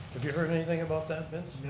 have you heard anything about that vince?